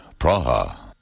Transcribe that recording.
Praha